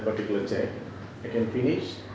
particular check I can finish